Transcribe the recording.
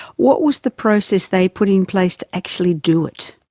what was the process they put in place to actually do it?